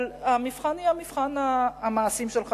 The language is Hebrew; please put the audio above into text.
אבל המבחן יהיה מבחן המעשים שלך,